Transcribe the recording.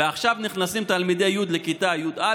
ועכשיו נכנסים תלמידי י' לכיתה י"א.